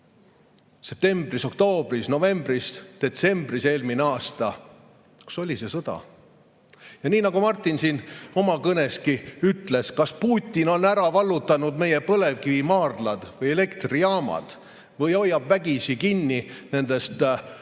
Septembris-oktoobris-novembris-detsembris eelmine aasta – kas oli see sõda? Ja nii nagu Martin oma kõneski ütles: kas Putin on ära vallutanud meie põlevkivimaardlad või elektrijaamad või hoiab vägisi kinni nendest